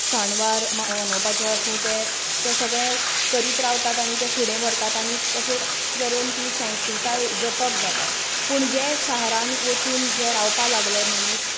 सण वार मनोवपाचे आसूं ते तें सगळें करीत रावतात आनी ते फुडें व्हरतात आनी तशेच तरेन ती संस्कृताय जपप जाता पूण जे शहरांत वचून जे रावपा लागले मनीस